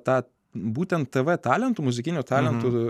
tad būtent tave talentų muzikiniu talentu